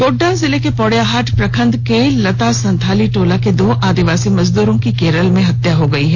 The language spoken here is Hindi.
गोड्रा जिले के पोडैयाहाट प्रखंड के लता संथाली टोला के दो आदिवासी मजदूरों की केरल में हत्या हो गई है